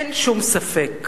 אין שום ספק.